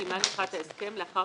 שעמה נכרת הסכם לאחר